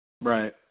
Right